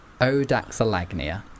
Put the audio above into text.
Odaxalagnia